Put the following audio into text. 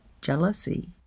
jealousy